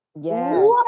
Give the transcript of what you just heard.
Yes